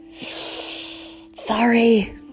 Sorry